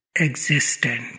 Existent